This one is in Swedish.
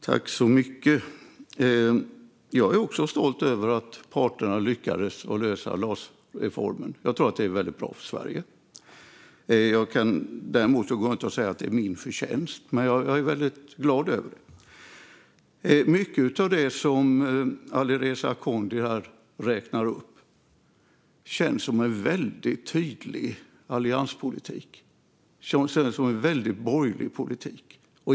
Fru talman! Jag är också stolt över att parterna lyckades lösa LAS-reformen. Jag tror att det är väldigt bra för Sverige. Däremot går jag inte runt och säger att det är min förtjänst, men jag är väldigt glad över det. Mycket av det som Alireza Akhondi räknar upp här känns som en väldigt tydlig allianspolitik. Det känns som en borgerlig politik.